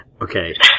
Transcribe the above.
okay